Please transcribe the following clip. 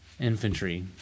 infantry